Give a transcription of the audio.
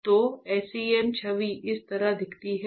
तो SEM छवि इस तरह दिखती है